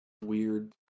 weird